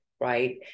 right